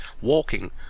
walking